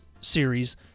series